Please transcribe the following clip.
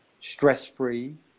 stress-free